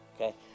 Okay